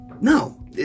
no